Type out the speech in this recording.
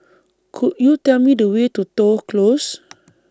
Could YOU Tell Me The Way to Toh Close